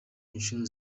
inshuro